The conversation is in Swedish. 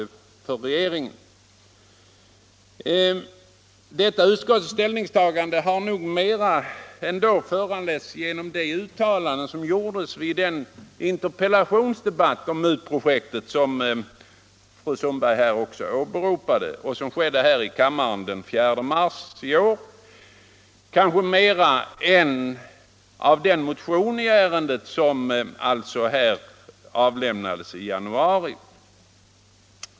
Sammansättningen Detta utskottets ställningstagande har nog mer föranletts av de ut — av skolöverstyreltalanden som gjordes vid den interpellationsdebatt om MUT-projektet — sens pedagogiska som fru Sundberg också åberopat och som fördes här i kammaren den — nämnd, m.m. 4 mars i år än av den motion i ärendet som avlämnades i januari.